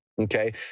okay